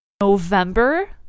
november